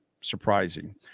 surprising